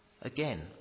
Again